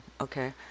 Okay